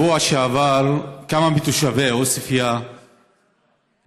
בשבוע שעבר קיבלו כמה מתושבי עוספיא בכרמל